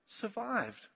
survived